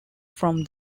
from